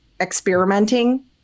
experimenting